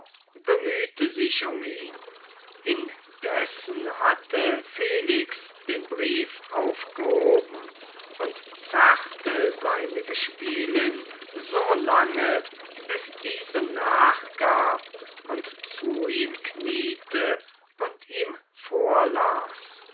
bemühte sich um ihn indessen hatte felix den brief aufgehoben und zerrte seine gespielin so lange bis diese nachgab und zu ihm kniete und ihm vorlas